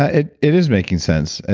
ah it it is making sense. ah